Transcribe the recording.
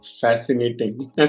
Fascinating